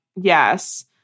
Yes